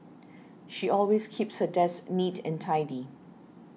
she always keeps her desk neat and tidy